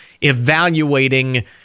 evaluating